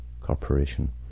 corporation